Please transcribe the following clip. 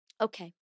Okay